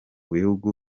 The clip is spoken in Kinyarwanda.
bihugu